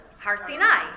Harsinai